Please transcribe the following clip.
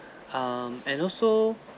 um and also